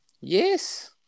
Yes